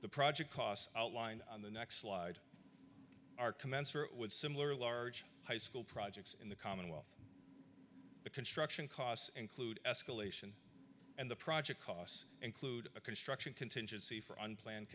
the project costs outlined on the next slide are commensurate with similar large high school projects in the commonwealth the construction costs including escalation and the project costs include a construction contingency for unplanned